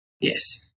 Yes